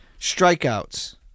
Strikeouts